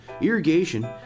irrigation